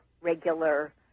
regular